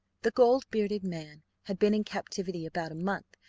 the gold-bearded man had been in captivity about a month,